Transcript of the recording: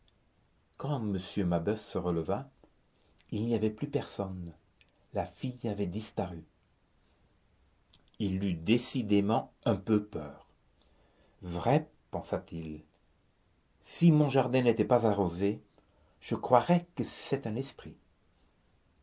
quand m mabeuf se releva il n'y avait plus personne la fille avait disparu il eut décidément un peu peur vrai pensa-t-il si mon jardin n'était pas arrosé je croirais que c'est un esprit